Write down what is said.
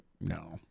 no